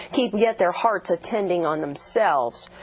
keep yet their hearts attending on themselves,